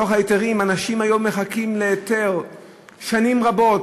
בתוך ההיתרים, אנשים היום מחכים להיתר שנים רבות.